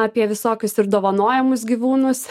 apie visokius ir dovanojamus gyvūnus